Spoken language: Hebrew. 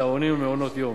צהרונים ומעונות יום.